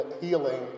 healing